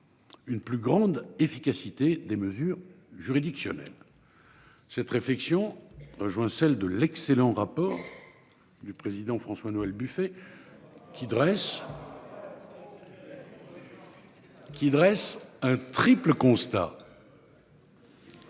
Une plus grande efficacité des mesures juridictionnel. Cette réflexion rejoint celle de l'excellent rapport. Du président François Noël Buffet. Qui draine les champs.